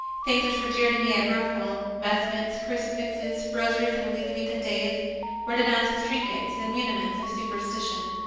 things which were dear to me at mirfield vestments, crucifixes, rosaries in elizabethan days were de nounced as trinkets and muniments of super stition.